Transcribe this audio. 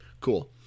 cool